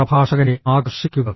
പ്രഭാഷകനെ ആകർഷിക്കുക